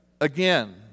again